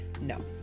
No